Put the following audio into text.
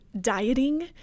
dieting